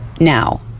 now